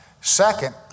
Second